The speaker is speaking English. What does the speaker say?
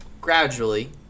gradually